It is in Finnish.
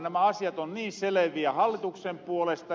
nämä asiat on niin seleviä hallituksen puolesta